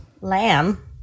lamb